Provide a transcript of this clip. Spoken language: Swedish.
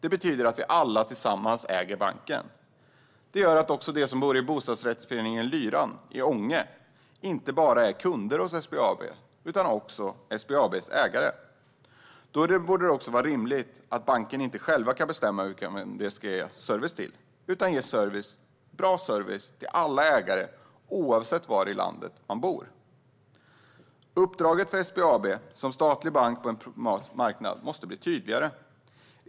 Det betyder att vi alla tillsammans äger banken. Det gör att också de som bor i bostadsrättsföreningen Lyran i Ånge inte bara är kunder hos SBAB utan också SBAB:s ägare. Då borde det också vara rimligt att banken inte själv kan bestämma vilka den ska ge service till, utan den ska ge bra service till alla ägare oavsett var i landet de bor. Uppdraget för SBAB som statlig bank på en privat marknad måste bli tydligare.